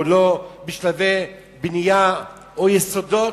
או לא בשלבי בנייה או יסודות?